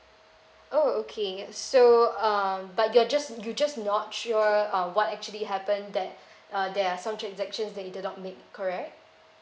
oh okay so uh but you're just you just not sure uh what actually happened that uh there are some transactions that you did not make correct